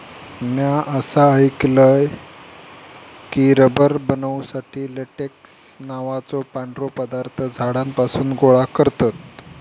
म्या असा ऐकलय की, रबर बनवुसाठी लेटेक्स नावाचो पांढरो पदार्थ झाडांपासून गोळा करतत